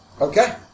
Okay